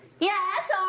Yes